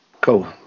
cool